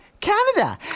Canada